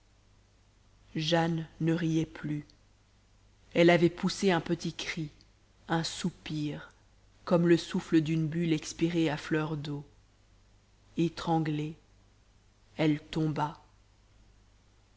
jane ne riait plus elle avait poussé un petit cri un soupir comme le souffle d'une bulle expirée à fleur d'eau étranglée elle tomba